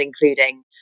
including